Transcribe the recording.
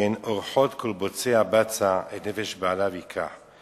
כן ארחות כל בצע בצע את נפש בעליו יקח",